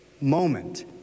moment